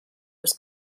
was